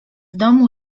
domu